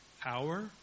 power